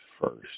first